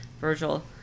Virgil